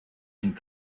and